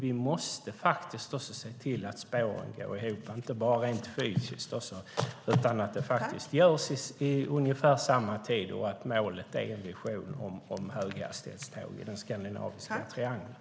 Vi måste faktiskt se till att spåren går ihop, inte bara rent fysiskt utan också att de byggs ungefär samtidigt och med en vision om höghastighetståg i den skandinaviska triangeln.